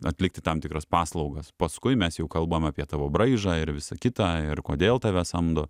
atlikti tam tikras paslaugas paskui mes jau kalbam apie tavo braižą ir visą kitą ir kodėl tave samdo